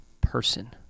person